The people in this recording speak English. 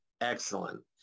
Excellent